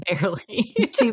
Barely